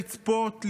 לצפות,